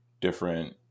different